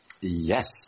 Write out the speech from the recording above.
Yes